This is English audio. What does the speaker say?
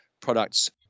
products